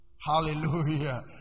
Hallelujah